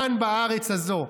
כאן בארץ הזו,